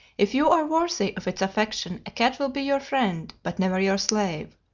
if you are worthy of its affection, a cat will be your friend, but never your slave.